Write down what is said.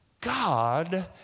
God